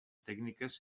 tècniques